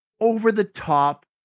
over-the-top